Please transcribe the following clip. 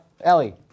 Ellie